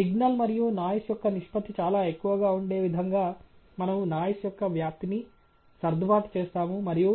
signal మరియు noise యొక్క నిష్పత్తి చాలా ఎక్కువగా ఉండే విధంగా మనము నాయిస్ యొక్క వ్యాప్తిని సర్దుబాటు చేస్తాము మరియు